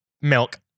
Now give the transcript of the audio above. milk